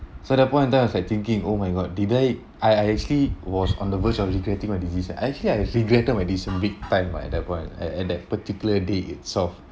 so that point of time I was like thinking oh my god did I I I actually was on the verge of regretting my decision I actually I regretted my decision big time ah at that point at at that particular day itself